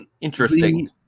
interesting